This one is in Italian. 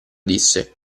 disse